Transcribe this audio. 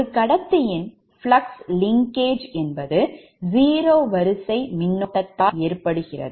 ஒரு கடத்தியின் flux linkage என்பது 0 வரிசை மின்னோட்டத்தால் ஏற்படுகிறது